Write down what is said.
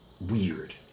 weird